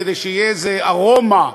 כדי שתהיה איזו ארומה,